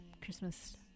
Christmas